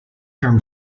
term